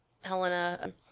Helena